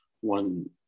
one